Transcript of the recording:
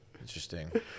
Interesting